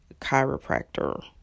chiropractor